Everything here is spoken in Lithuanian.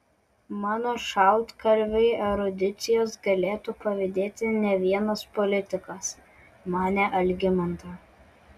mano šaltkalviui erudicijos galėtų pavydėti ne vienas politikas manė algimanta